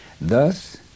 Thus